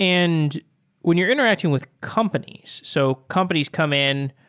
and when you're interacting with companies, so companies come in.